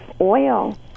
oil